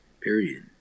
period